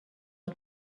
not